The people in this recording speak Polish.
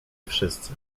wszyscy